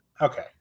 Okay